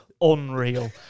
unreal